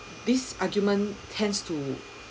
this argument tends to